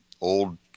old